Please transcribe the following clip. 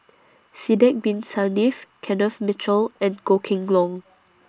Sidek Bin Saniff Kenneth Mitchell and Goh Kheng Long